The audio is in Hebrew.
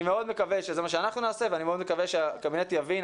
אני מאוד מקווה שזה מה שאנחנו נעשה ואני מאוד מקווה שהקבינט יבין.